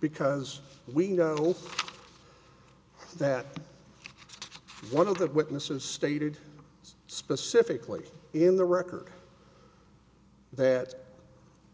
because we know that one of the witnesses stated specifically in the record that